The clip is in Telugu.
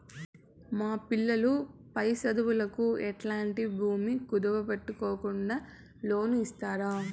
మా పిల్లలు పై చదువులకు ఎట్లాంటి భూమి కుదువు పెట్టుకోకుండా లోను ఇస్తారా